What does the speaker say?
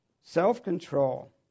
self-control